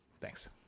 Thanks